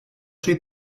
soy